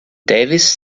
davies